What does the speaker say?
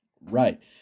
Right